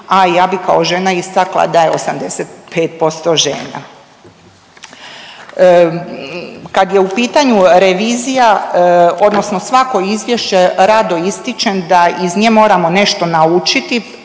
a ja bi kao žena istakla da je 85% žena. Kad je u pitanju revizija odnosno svako izvješće rado ističem da iz nje moramo nešto naučiti